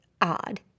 odd